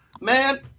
man